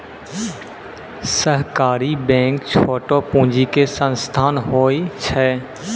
सहकारी बैंक छोटो पूंजी के संस्थान होय छै